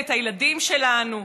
ואת הילדים שלנו,